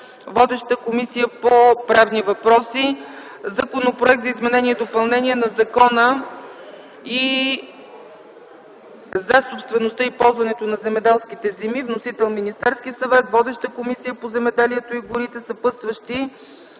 Водеща е Комисията по правни въпроси. Законопроект за изменение и допълнение на Закона за собствеността и ползването на земеделските земи. Вносител – Министерският съвет. Водеща е Комисията по земеделието и горите. Съпътстващи